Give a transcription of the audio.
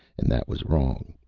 and that was wrong,